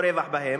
או רווח בהם,